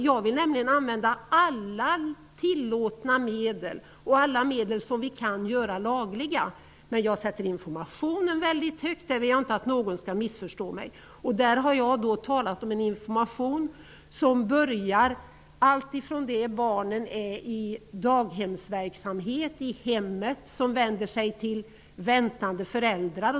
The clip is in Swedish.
Jag vill använda alla tillåtna medel och alla medel vi kan göra lagliga. Jag sätter information väldigt högt. Där vill jag inte att någon skall missförstå mig. Jag har talat om att information skall ges alltifrån det att barnen är i daghemsverksamhet och att den skall vända sig till hemmen. Den skall vända sig till blivande föräldrar.